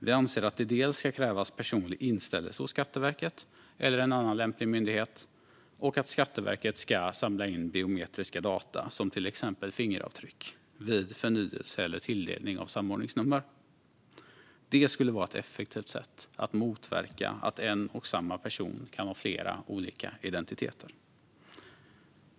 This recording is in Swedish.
Vi anser att det dels ska krävas personlig inställelse hos Skatteverket eller en annan lämplig myndighet, dels att Skatteverket ska samla in biometriska data, till exempel fingeravtryck, vid förnyelse eller tilldelning av samordningsnummer. Det skulle vara ett effektivt sätt att motverka att en och samma person kan ha flera olika identiteter.